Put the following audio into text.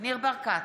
ניר ברקת,